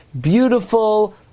beautiful